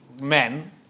men